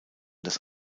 das